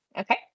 Okay